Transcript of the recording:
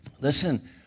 Listen